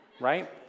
right